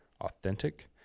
authentic